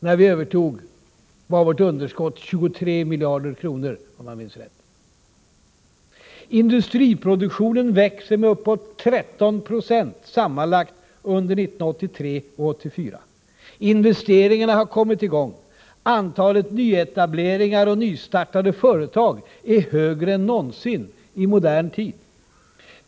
När vi övertog regeringsansvaret, var underskottet 23 miljarder kronor, om jag minns rätt. Industriproduktionen växer med uppåt 13 26 sammanlagt under 1983 och 1984. Investeringarna har kommit i gång. Antalet nyetableringar och nystartade företag är högre än någonsin i modern tid.